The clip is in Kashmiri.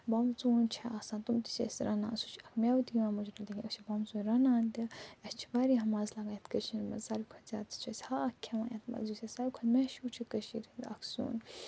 بمژوٗنٛٹھۍ چھِ آسان تِم تہِ چھِ أسۍ رَنان سُہ چھُ اکھ مٮ۪وٕ تہِ یِوان مُجرا تِکیٛازِ أسۍ چھِ بمژوٗنٹھۍ رَنان تہِ اَسہِ چھُ وارِیاہ مَزٕ لَگان یَتھ کٔشیٖرِ منٛز ساروٕے کھۄتہٕ زیادٕ چھُ أسۍ ہاکھ کھٮ۪وان یَتھ منٛز یُس اَسہِ ساروی کھۄتہٕ میشوٗر چھِ کٔشیٖرِ ہُنٛد اکھ سیُن